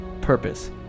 purpose